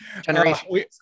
Generation